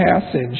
passage